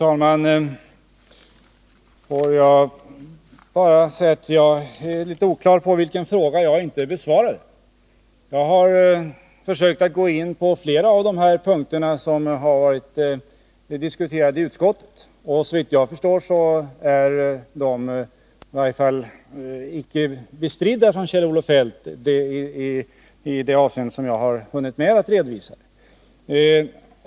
Fru talman! Jag är oklar över vilken fråga jag inte skulle ha besvarat. Jag har tagit upp flera av de punkter som diskuterades i utskottet. Såvitt jag förstår har Kjell-Olof Feldt inte bestritt de uppgifter som jag hunnit redovisa.